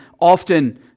often